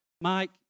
Mike